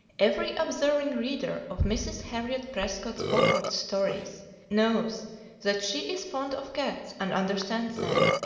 every observing reader of mrs. harriet prescott spofford's stories knows that she is fond of cats and understands them.